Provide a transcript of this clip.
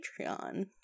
Patreon